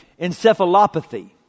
encephalopathy